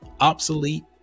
obsolete